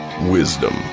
wisdom